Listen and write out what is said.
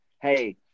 hey